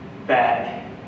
back